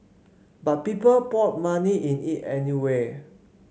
but people poured money in it anyway